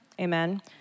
Amen